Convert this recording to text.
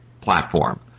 platform